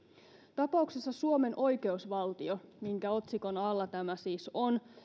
tapauksessa suomen oikeusvaltio minkä otsikon alla tämä siis on